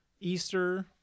Easter